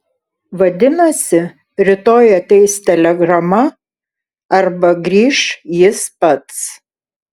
vadinasi rytoj ateis telegrama arba grįš jis pats